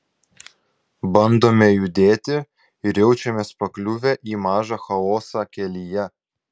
bandome judėti ir jaučiamės pakliuvę į mažą chaosą kelyje